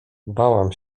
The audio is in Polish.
bałam